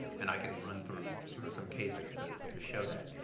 and i can run through sort of some cases to to show that.